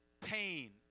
pain